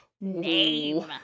name